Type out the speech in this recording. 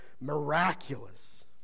miraculous